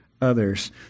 others